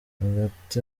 hagati